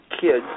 kids